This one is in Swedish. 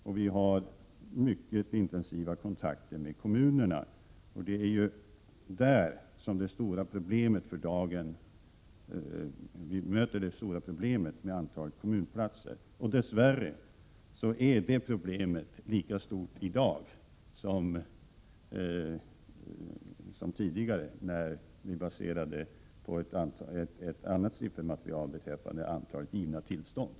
Vi har även mycket intensiva kontakter med kommunerna, eftersom det är där vi möter det stora 61 Prot. 1987/88:101 problemet för dagen med antalet kommunplatser. Dess värre är detta 15 april 1988 problem lika stort i dag som det var tidigare när antalet givna tillstånd baserades på ett annat siffermaterial.